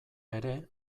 ere